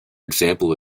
example